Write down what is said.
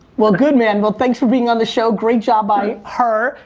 well good man, well thanks for being on the show. great job by her,